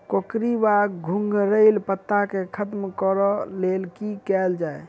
कोकरी वा घुंघरैल पत्ता केँ खत्म कऽर लेल की कैल जाय?